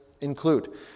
include